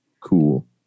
Cool